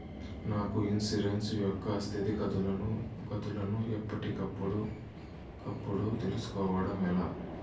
నా ఇన్సూరెన్సు యొక్క స్థితిగతులను గతులను ఎప్పటికప్పుడు కప్పుడు తెలుస్కోవడం ఎలా?